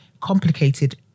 complicated